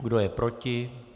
Kdo je proti?